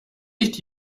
nicht